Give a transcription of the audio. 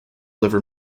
liver